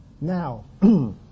now